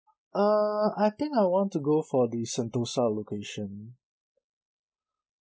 uh I think I want to go for the sentosa location